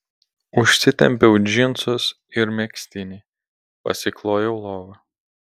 užsitempiau džinsus ir megztinį pasiklojau lovą